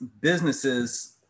businesses